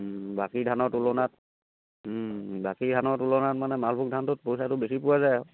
বাকী ধানৰ তুলনাত বাকী ধানৰ তুলনাত মানে মালভোগ ধানটোত পইচাটো বেছি পোৱা যায় আৰু